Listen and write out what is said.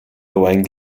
owain